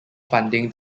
funding